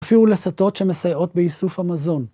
אפילו לסטות שמסייעות באיסוף המזון.